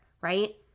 right